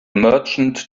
merchant